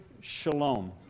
shalom